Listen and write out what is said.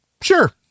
Sure